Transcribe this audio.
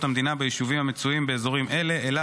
המדינה ביישובים המצויים באזורים אלה: אילת,